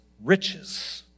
riches